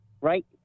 right